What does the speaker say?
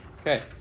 Okay